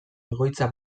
egoitza